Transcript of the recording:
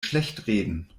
schlechtreden